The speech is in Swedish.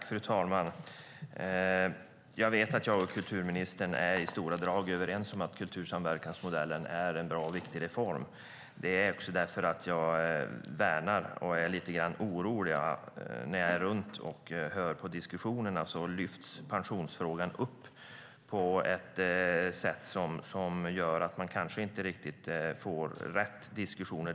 Fru talman! Jag vet att jag och kulturministern i stora drag är överens om att kultursamverkansmodellen är en bra och viktig reform. När jag reser runt och hör på diskussionerna som förs lyfts pensionsfrågan upp på ett sätt som gör att man kanske inte får rätt diskussion.